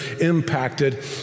impacted